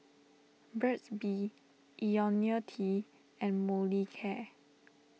Burt's Bee Ionil T and Molicare